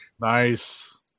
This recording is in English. Nice